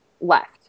left